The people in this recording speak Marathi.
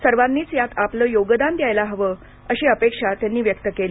सर्वांनीच यात आपलं योगदान द्यायला हवं अशी अपेक्षा त्यांनी व्यक्त केली